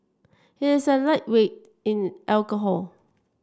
he is a lightweight in alcohol